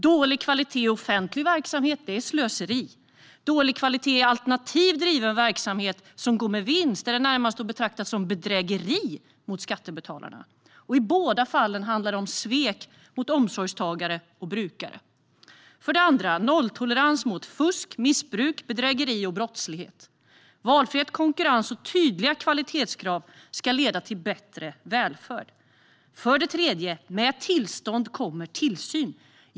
Dålig kvalitet i offentlig verksamhet är slöseri. Dålig kvalitet i alternativt driven verksamhet som går med vinst är att närmast betrakta som bedrägeri mot skattebetalarna. I båda fallen handlar det om svek mot omsorgstagare och brukare. För det andra handlar det om nolltolerans mot fusk, missbruk, bedrägeri och brottslighet. Valfrihet, konkurrens och tydliga kvalitetskrav ska leda till bättre välfärd. För det tredje handlar det om att med tillstånd kommer tillsyn.